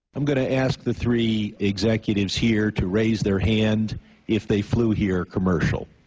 i'm going to ask the three executives here to raise their hand if they flew here commercial.